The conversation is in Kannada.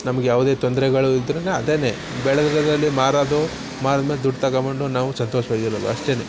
ನಮಗೆ ಯಾವುದೇ ತೊಂದರೆಗಳು ಇದ್ರೆ ಅದೇನೇ ಬೆಳ್ದಿರೋದ್ರಲ್ಲಿ ಮಾರೋದು ಮಾರಿದ್ಮೇಲೆ ದುಡ್ಡು ತಕ ಬಂದು ನಾವು ಸಂತೋಷ್ವಾಗಿ ಇರೋದು ಅಷ್ಟೇ